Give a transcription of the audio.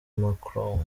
macron